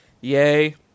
Yay